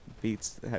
Beats